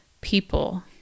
people